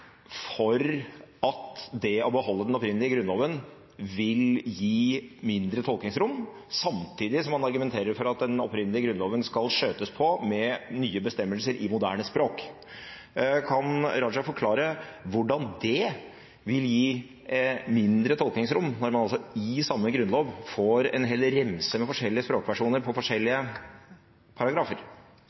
for at det å beholde den opprinnelige Grunnloven vil gi mindre tolkningsrom, samtidig som han argumenterer for at den opprinnelige Grunnloven skal skjøtes på med nye bestemmelser i moderne språk. Kan Raja forklare hvordan det vil gi mindre tolkningsrom når man i samme grunnlov får en hel remse med forskjellige språkversjoner til forskjellige paragrafer?